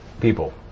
people